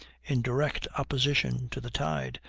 in direct opposition to the tide,